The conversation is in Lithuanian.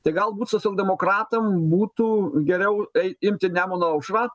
tai galbūt socialdemokratam būtų geriau ei imti nemuno aušrą